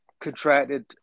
contracted